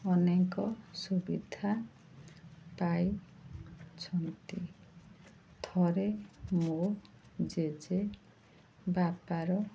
ଅନେକ ସୁବିଧା ପାଇଛନ୍ତି ଥରେ ମୋ ଜେଜେ ବାପାର